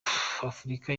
afurika